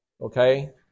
Okay